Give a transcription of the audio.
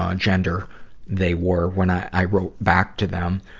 um gender they were when i wrote back to them.